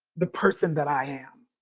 the person that i am,